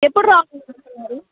ఎప్పుడు రావాలి అనుకుంటున్నారు